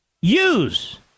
Use